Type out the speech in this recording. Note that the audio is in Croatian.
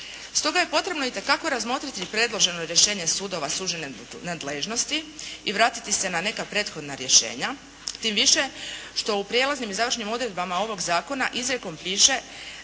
Stoga je potrebno itekako razmotriti predloženo rješenje sudova sužene nadležnosti i vratiti se na neka prethodna rješenja tim više što u prijelaznim i završnim odredbama ovog zakona izrijekom piše